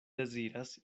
deziras